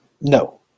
No